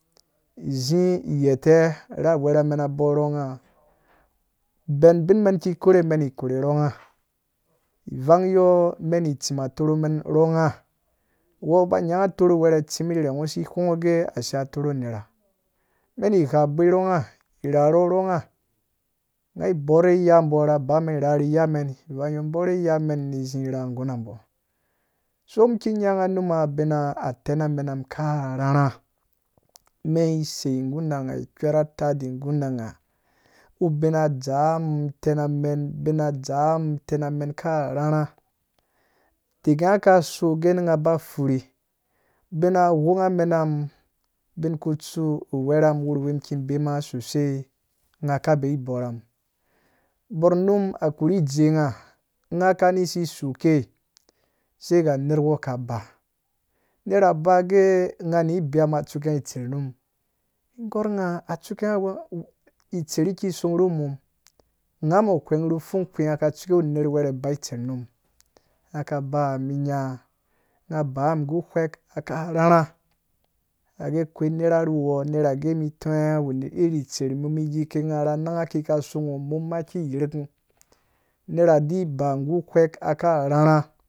Zi gheta ra werhamen bo rhɔɔgha ben bin men ki korhe meni karhe rhɔɔongha vang yɔɔ men tsim atorho men rhɔɔgha uwɔɔ ba nyangha a torho wɛrɛ tsim rherhe nghosi ghwengho gee ashiya a torho nera men ni gha boi rhɔɔngha rherho rhɔɔngha ai bore iyabo na ba men rha ni ya men van yɔɔ mum bore yamen ni zu rha gurangha ko muki nya ngha numa bina tana mena muka rharha men sei guna ngha kwɛra tai guna ngha ubina dzaam tanamen bina dzaa mum tanamen ka rhũrhũ dake ngha so gee ngheba furi bina ghwongha menam bin ku tsu uwerhem wuruwi ki bema sosai ngha ka beyi biran boi anum korhi jee ngha ngha kani siso se ga ner wɔɔ kaba nera ba gee ngha ni beya mum atsuke ngha itser numum gor ngha a tsuka ngho tseryiki songh ru mum nghamɔɔ ghweenf mu nu fungkpi ngha ka tsuke ner wɛrɛ ba tser nu mum ngha ka ba mum nya ngha ngha bamum gu ghweek ka rhũrhũ gee akoi nera ruwɔɔ nera gee mi tõõye ngha wanda iri tser mum yike ngha ra nau ka songh mum mumki yirkum nera di ba gu uwɛɛk ka rhũrhũ